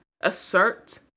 assert